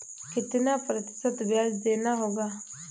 कितना प्रतिशत ब्याज देना होगा?